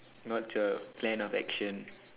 what's your plan of action